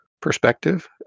perspective